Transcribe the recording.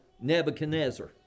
Nebuchadnezzar